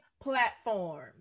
platforms